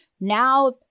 Now